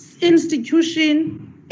institution